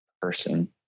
person